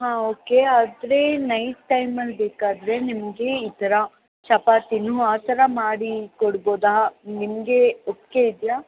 ಹಾಂ ಓಕೆ ಆದರೆ ನೈಟ್ ಟೈಮಲ್ಲಿ ಬೇಕಾದರೆ ನಿಮಗೆ ಈ ಥರ ಚಪಾತಿ ಆ ಥರ ಮಾಡಿ ಕೊಡಬೋದಾ ನಿಮಗೆ ಒಪ್ಪಿಗೆ ಇದೆಯಾ